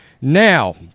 now